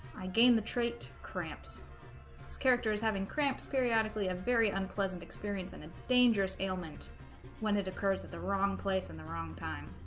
i gained the trait cramps his character is having cramps periodically a very unpleasant experience in a dangerous ailment when it occurs at the wrong place in the wrong time